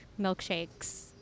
milkshakes